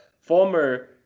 former